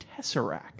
Tesseract